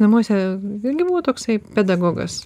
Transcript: namuose irgi buvo toksai pedagogas